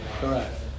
Correct